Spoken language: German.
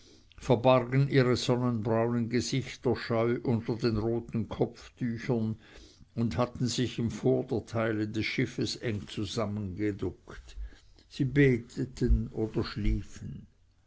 verbargen ihre sonnenbraunen gesichter scheu unter den roten kopftüchern und hatten sich im vorderteile des schiffes eng zusammengeduckt sie beteten oder schliefen